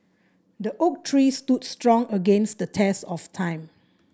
the oak tree stood strong against the test of time